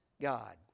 God